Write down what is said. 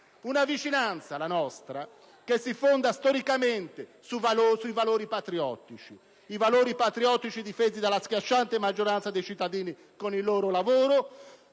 Una vicinanza, la nostra, che si fonda - storicamente - sui valori patriottici, valori difesi dalla schiacciante maggioranza dei cittadini con il loro lavoro,